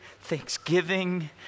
thanksgiving